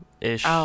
ish